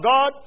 God